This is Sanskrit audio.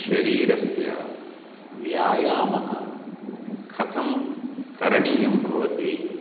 शरीरस्य व्यायामः कथं करणीयं भवति